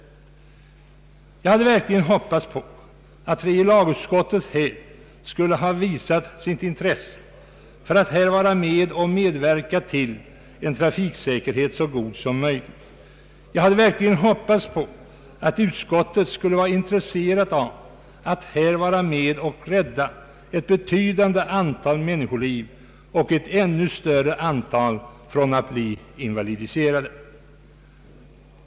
Jag hade verkligen hoppats att tredje lagutskottet skulle visa sitt intresse för att medverka till en så god trafiksäkerhet som möjligt. Jag hade hoppats på att utskottet skulle vilja vara med och rädda ett betydande antal människoliv och att rädda ett ännu större antal människor från att bli invalidiserade.